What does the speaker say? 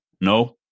no